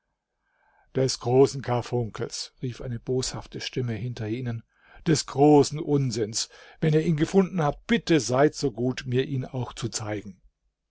des großen karfunkels rief eine boshafte stimme hinter ihnen des großen unsinns wenn ihr ihn gefunden habt bitte seid so gut mir ihn auch zu zeigen